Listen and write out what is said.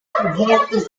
assaults